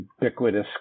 ubiquitous